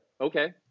Okay